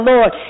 Lord